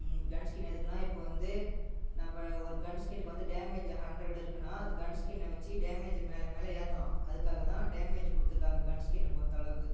gun skin எதுக்குன்னால் இப்போவந்து நம்ம ஒரு கன்ஸ்கின்னுக்கு வந்து டேமேஜ் ஹண்ட்ரட் இருக்குன்னால் அதுக்கு கன்ஸ்கின்னை வச்சு டேமேஜ் மேலே மேலே ஏற்றலாம் அதுக்காக தான் டேமேஜ் கொடுத்திருக்காங்க கன்ஸ்கின்னை பொறுத்த அளவுக்கு